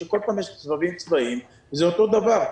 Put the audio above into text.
שכל פעם יש סבבים צבאיים וזה אותו דבר.